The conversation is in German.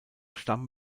stamm